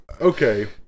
Okay